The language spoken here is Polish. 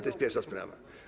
To jest pierwsza sprawa.